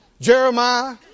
Jeremiah